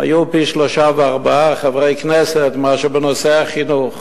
היו פי שלושה וארבעה חברי כנסת מאשר בנושא החינוך.